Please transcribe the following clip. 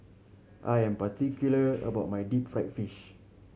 I am particular about my deep fried fish